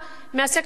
תודה, תודה.